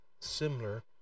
similar